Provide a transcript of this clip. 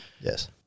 Yes